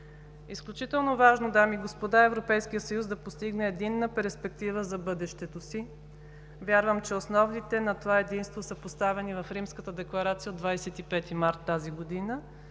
Изключително важно е, дами и господа, Европейският съюз да постигне единна перспектива за бъдещето си. Вярвам, че основите на това единство са поставени в Римската декларация от 25 март 2017 г.